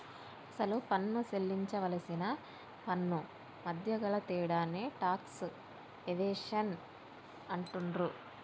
అసలు పన్ను సేల్లించవలసిన పన్నుమధ్య గల తేడాని టాక్స్ ఎవేషన్ అంటుండ్రు